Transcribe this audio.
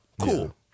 cool